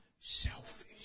selfish